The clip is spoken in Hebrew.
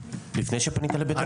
לפני שפנית לבית המשפט?